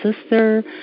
sister